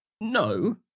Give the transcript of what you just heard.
No